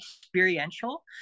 experiential